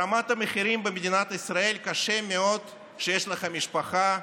ברמת המחירים במדינת ישראל קשה מאוד כשיש לך משפחה,